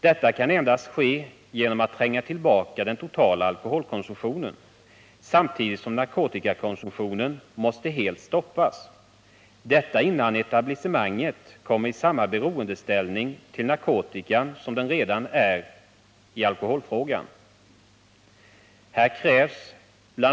Detta kan endast ske genom att man tränger tillbaka den totala alkoholkonsumtionen, samtidigt som narkotikakonsumtionen måste helt stoppas, och detta innan etablissemanget kommer i samma beroendeställning till narkotikan som det redan är i alkoholfrågan. Här krävs bl.